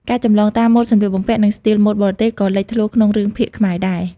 ការចម្លងតាម ម៉ូដសម្លៀកបំពាក់ និងស្ទីលម៉ូតបរទេសក៏លេចឡើងក្នុងរឿងភាគខ្មែរដែរ។